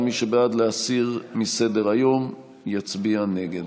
מי שבעד להסיר מסדר-היום יצביע נגד.